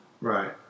right